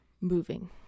moving